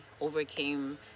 overcame